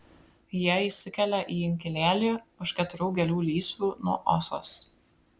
jie įsikelia į inkilėlį už keturių gėlių lysvių nuo osos